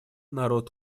народ